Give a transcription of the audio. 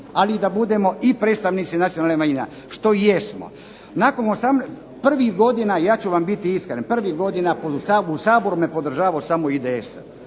ali i da budemo predstavnici nacionalnih manjina, što i jesmo. Prvih godina ja ću vam biti iskren, prvih godina u Saboru me podržavao samo IDS,